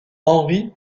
henri